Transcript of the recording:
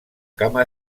cama